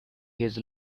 his